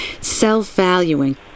self-valuing